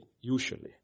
usually